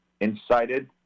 incited